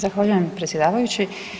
Zahvaljujem predsjedavajući.